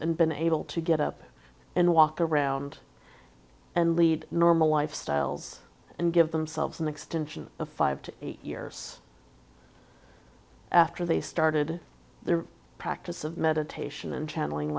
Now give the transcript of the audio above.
and been able to get up and walk around and lead normal life styles and give themselves in the extension of five to eight years after they started their practice of meditation and channeling